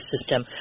system